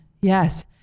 yes